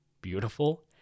beautiful